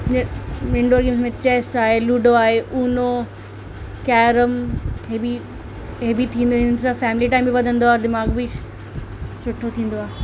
इं indoor game में chess आहे लूडो आहे ऊनो कैरम इहे बि इहे बि थींदो हिन सां फैमिली टाइम बि वधंदो आहे दिमाग़ बि सुठो थींदो आहे